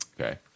okay